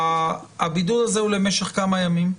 הבידוד הזה הוא למשך כמה ימים?